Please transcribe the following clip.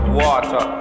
water